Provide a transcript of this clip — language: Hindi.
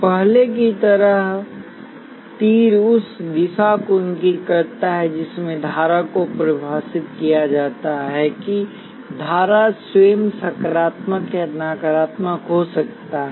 पहले की तरह तीर उस दिशा को इंगित करता है जिसमें धारा को परिभाषित किया जाता है कि धारा स्वयं सकारात्मक या नकारात्मक हो सकता है